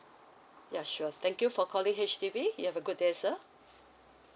ya sure thank you for calling H_D_B you have a good day sir